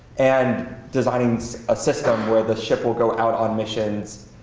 and designing a system where the ship will go out on missions,